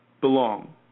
belong